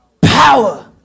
power